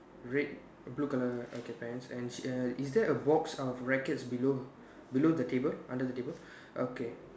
red blue color okay pants and sh~ err she is that a box of rackets below below the table under the table okay